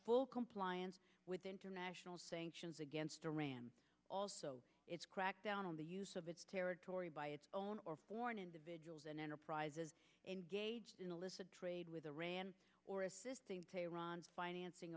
full compliance with international sanctions against iran also its crackdown on the use of its territory by its own or foreign individuals and enterprises in illicit trade with iran or assisting tehran's financing